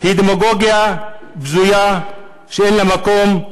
היא דמגוגיה בזויה שאין לה מקום.